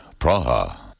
Praha